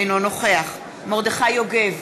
אינו נוכח מרדכי יוגב,